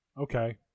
Okay